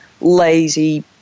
lazy